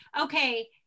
Okay